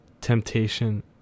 temptation